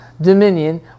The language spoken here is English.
dominion